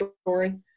story